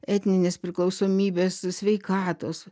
etninės priklausomybės sveikatos